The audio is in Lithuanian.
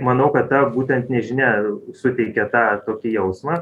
manau kad ta būtent nežinia suteikia tą tokį jausmą